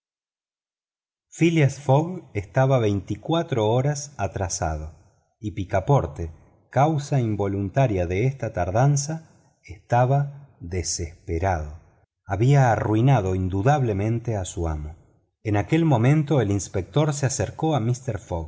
fogg estaba veinticuatro horas atrasado y picaporte causa involuntaria de esta tardanza estaba desesperado había arruinado indudablemente a su amo en aquel momento el inspector se acercó a mister fogg